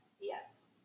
yes